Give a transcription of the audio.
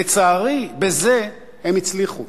לצערי, בזה הם הצליחו.